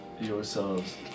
Yourselves